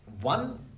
one